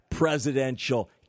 presidential